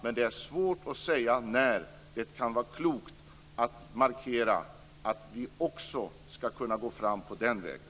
Men det är svårt att säga när det kan vara klokt att markera att vi också ska kunna gå fram på den vägen.